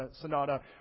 sonata